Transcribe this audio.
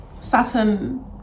Saturn